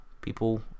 people